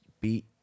beat